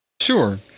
Sure